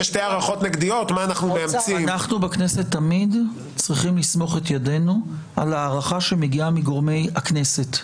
אנו בכנסת תמיד צריכים לסמוך על ידינו על ההערכה שמגיעה מגורמי הכנסת.